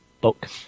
book